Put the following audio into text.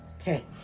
Okay